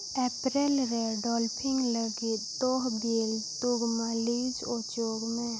ᱮᱯᱨᱤᱞᱨᱮ dolphin ᱞᱟᱹᱜᱤᱫ ᱛᱚᱦᱚᱵᱤᱞ ᱛᱩᱜᱽᱢᱟᱞᱤᱡᱽ ᱚᱪᱚᱜ ᱢᱮ